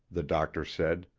the doctor said,